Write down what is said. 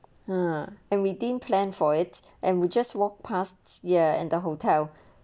ah and we didn't plan for it and we just walk past ya in the hotel